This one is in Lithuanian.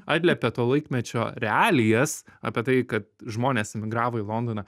atliepė to laikmečio realijas apie tai kad žmonės emigravo į londoną